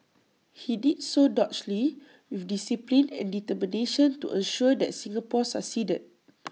he did so doggedly with discipline and determination to ensure that Singapore succeeded